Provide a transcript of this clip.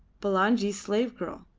bulangi's slave-girl,